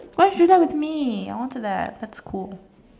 why you laugh at me I want to laugh that's cool